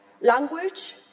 Language